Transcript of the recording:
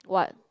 what